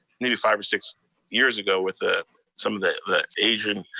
maybe five or six years ago, with ah some of the asian